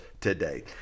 today